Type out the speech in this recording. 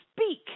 speak